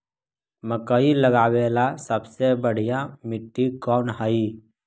मकई लगावेला सबसे बढ़िया मिट्टी कौन हैइ?